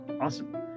awesome